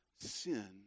sin